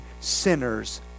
Sinners